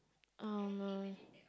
I'm a